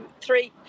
three